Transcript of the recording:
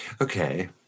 Okay